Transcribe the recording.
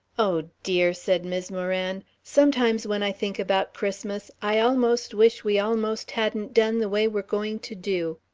oh, dear, said mis' moran, sometimes when i think about christmas i almost wish we almost hadn't done the way we're going to do.